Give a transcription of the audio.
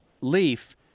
leaf